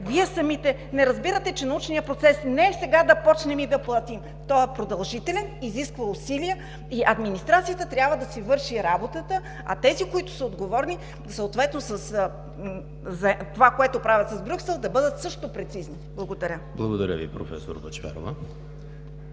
Вие самите не разбирате, че научният процес не е сега да почнем и да платим, той е продължителен, изисква усилия и администрацията трябва да си върши работата, а тези, които са отговорни за това, което правят с Брюксел, да бъдат също прецизни. Благодаря. ПРЕДСЕДАТЕЛ ЕМИЛ ХРИСТОВ: